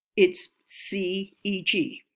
it's see e g.